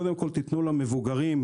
קודם כל תתנו למבוגרים,